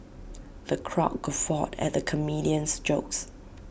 the crowd guffawed at the comedian's jokes